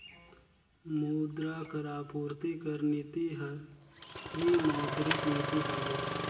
मुद्रा कर आपूरति कर नीति हर ही मौद्रिक नीति हवे